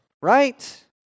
right